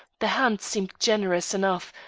the hand seemed generous enough,